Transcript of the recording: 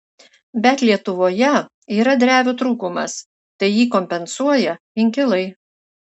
bet lietuvoje yra drevių trūkumas tai jį kompensuoja inkilai